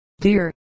dear